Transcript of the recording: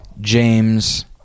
James